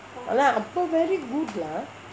ஆனா அப்போ:aana aapo very good lah